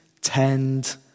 tend